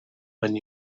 when